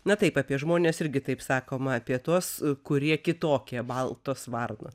na taip apie žmones irgi taip sakoma apie tuos kurie kitokie baltos varnos